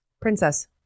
Princess